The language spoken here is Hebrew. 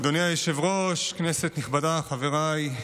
אדוני היושב-ראש, כנסת נכבדה, חבריי,